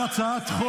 לא.